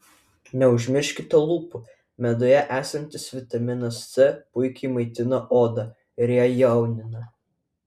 neužmirškite lūpų meduje esantis vitaminas c puikiai maitina odą ir ją jaunina